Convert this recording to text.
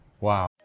Wow